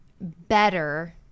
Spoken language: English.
better